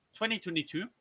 2022